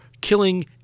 killing